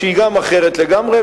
שגם היא אחרת לגמרי,